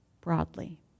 broadly